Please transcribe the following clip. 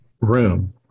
room